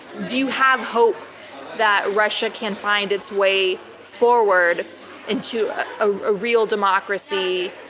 do you have hope that russia can find its way forward into a real democracy,